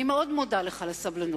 אני מאוד מודה לך על הסבלנות.